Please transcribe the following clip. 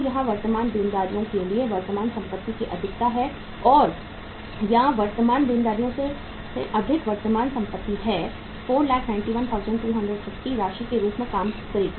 तो क्या वर्तमान देनदारियों के लिए वर्तमान संपत्ति की अधिकता है या वर्तमान देनदारियों से अधिक वर्तमान संपत्ति है 491250 राशि के रूप में काम करेगी